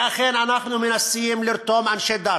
ואכן, אנחנו מנסים לרתום אנשי דת,